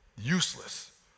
useless